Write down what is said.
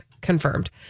confirmed